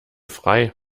frei